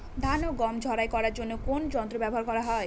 ধান ও গম ঝারাই করার জন্য কোন কোন যন্ত্র ব্যাবহার করা হয়?